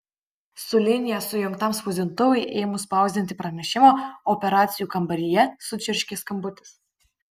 su linija sujungtam spausdintuvui ėmus spausdinti pranešimą operacijų kambaryje sučirškė skambutis